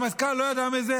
והרמטכ"ל לא יודע מי זה,